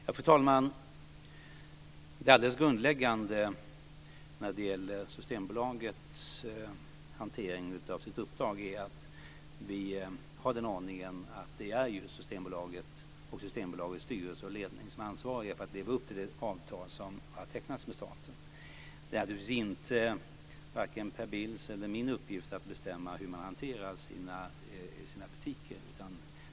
Fru talman! Det alldeles grundläggande i Systembolagets hantering av sitt uppdrag är att vi har den ordningen att Systembolagets styrelse och ledning är ansvariga för att leva upp till det avtal som har tecknats med staten. Det är naturligtvis inte vare sig Per Bills eller min uppgift att bestämma hur det hanterar sina butiker.